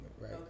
right